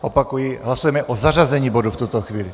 Opakuji, že hlasujeme o zařazení bodu v tuto chvíli.